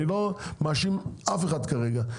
אני לא מאשים אף אחד כרגע.